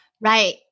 Right